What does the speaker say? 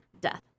death